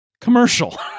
Commercial